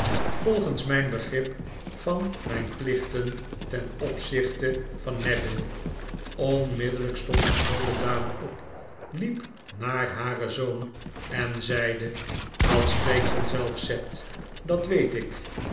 jongelui volgensmyu begrip van myn plicht ten opzichte van neville onmiddellijk stond de oude dame op liep naar haren zoon en zeide dat spreekt vanzelf sept dat weet ik